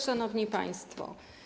Szanowni Państwo!